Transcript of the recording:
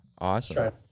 Awesome